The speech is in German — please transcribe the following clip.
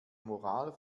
moral